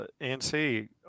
NC